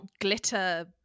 glitter